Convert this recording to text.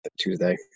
Tuesday